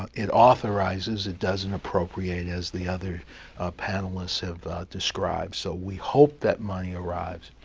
ah it authorizes. it doesn't appropriate, as the other panelists have described. so we hope that money arrives.